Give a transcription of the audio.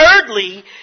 thirdly